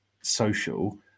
social